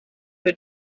who